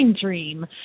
dream